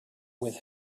with